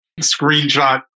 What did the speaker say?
screenshot